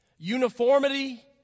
uniformity